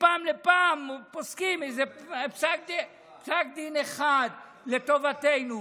מפעם לפעם פוסקים איזה פסק דין אחד לטובתנו.